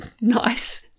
nice